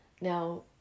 Now